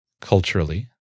culturally